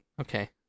Okay